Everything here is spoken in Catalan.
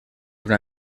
una